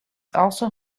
also